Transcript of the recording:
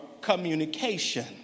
communication